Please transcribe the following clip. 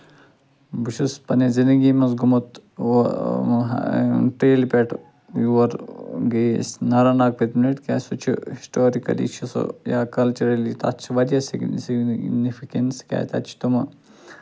بہٕ چھُس پنٛنہِ زِندگی منٛز گوٚمُت تیٚلہِ پٮ۪ٹھ یور گٔیے أسۍ نارا ناگ پٔتۍمہِ لَٹہِ کیٛازِ سُہ چھُ ہِسٹورِکَلی چھِ سُہ یا کَلچُرٔلی تَتھ چھِ واریاہ سِگنِفِکَنٮ۪س تِکیازِ تَتہِ چھِ تِمہٕ